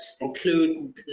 include